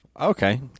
okay